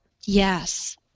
Yes